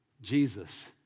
Jesus